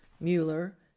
Mueller